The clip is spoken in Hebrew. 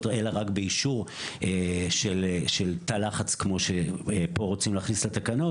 אלא רק באישור של תא לחץ כמו שרוצים להכניס פה לתקנות